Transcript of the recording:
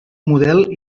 model